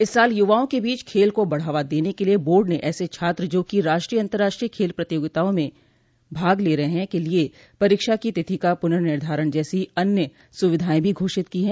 इस साल यूवाओं के बीच खेल को बढ़ावा देने के लिए बोर्ड ने ऐसे छात्र जो कि राष्ट्रीय अंतर्राष्ट्रीय खेल प्रतियोगिताओं में भाग ले रहे हैं के लिए परीक्षा की तिथि का पुनर्निर्धारण जैसी अन्य सुविधायें भी घोषित की हैं